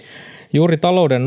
juuri talouden